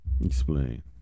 explain